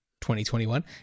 2021